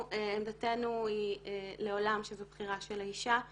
עמדתנו היא שזה לעולם בחירה של האישה,